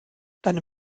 deine